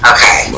Okay